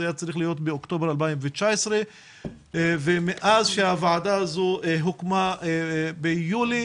באוקטובר 2019. ומאז שהוועדה הזו הוקמה ביולי,